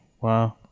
Wow